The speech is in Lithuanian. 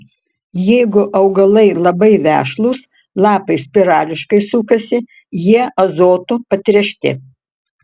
jeigu augalai labai vešlūs lapai spirališkai sukasi jie azotu patręšti